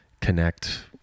connect